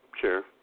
Sure